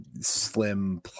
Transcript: slim